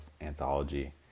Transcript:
anthology